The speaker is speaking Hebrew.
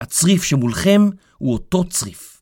הצריף שמולכם הוא אותו צריף.